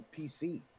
PC